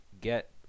get